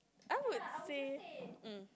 I would say mm